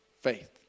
Faith